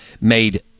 made